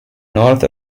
north